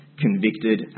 convicted